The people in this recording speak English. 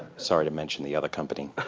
sorry to mention the other company.